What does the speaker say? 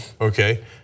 okay